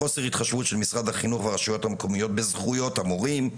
חוסר התחשבות של משרד החינוך והרשויות המקומיות בזכויות המורים,